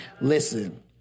Listen